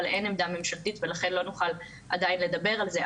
אבל אין עמדה ממשלתית ולכן לא נוכל עדיין לדבר על זה.